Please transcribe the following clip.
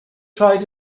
tried